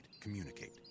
Communicate